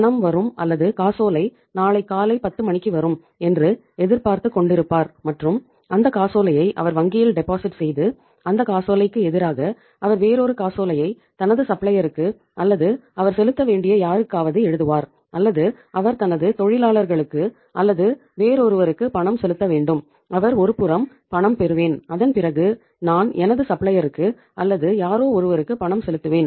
பணம் வரும் அல்லது காசோலை நாளை காலை 10 மணிக்கு வரும் என்று எதிர்பார்த்துக்கொண்டிருப்பார் மற்றும் அந்த காசோலையை அவர் வங்கியில் டெபாசிட் செய்து அந்த காசோலைக்கு எதிராக அவர் வேரொரு காசோலையை தனது சப்ளையருக்கு அல்லது அவர் செலுத்தவேண்டிய யாருக்காவது எழுதுவார் அல்லது அவர் தனது தொழிலாளர்களுக்கு அல்லது வேறொருவருக்கு பணம் செலுத்த வேண்டும் அவர் ஒருபுறம் பணம் பெறுவேன் அதன்பிறகு நான் எனது சப்ளையருக்கு அல்லது யாரோ ஒருவருக்கு பணம் செலுத்துவேன்